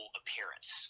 appearance